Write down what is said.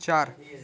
চার